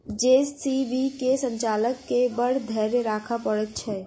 JCB के संचालक के बड़ धैर्य राखय पड़ैत छै